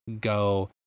go